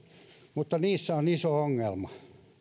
mutta niissä on iso ongelma